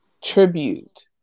tribute